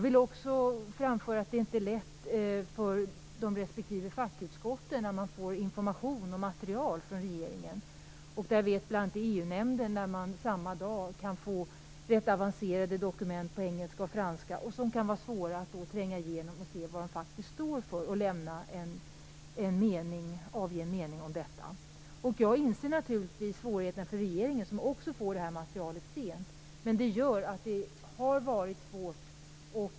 Det är inte lätt för de respektive fackutskotten när de får information och material från regeringen. I EU nämnden kan man ibland samma dag som man skall diskutera frågan få rätt avancerade dokument på engelska och franska som kan vara svåra att tränga igenom. Det kan vara svårt att se vad de faktiskt står för och avge en mening om det. Jag inser naturligtvis svårigheterna för regeringen, som också får detta material sent. Detta gör att det har varit svårt.